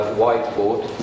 whiteboard